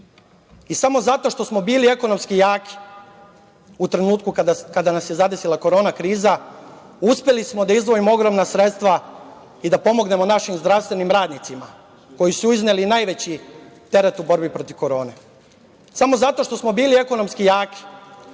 zato što smo bili ekonomski jaki u trenutku kada nas je zadesila korona kriza, uspeli smo da izdvojimo ogromna sredstva i da pomognemo našim zdravstvenim radnicima koji su izneli najveći teret u borbi protiv korone. Samo zato što smo bili ekonomski jaki